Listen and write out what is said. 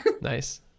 nice